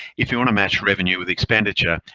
if you want to match revenue with expenditure,